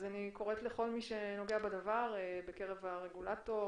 אני קוראת לכל הנוגע בדבר בקרב הרגולטור,